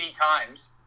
times